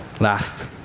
Last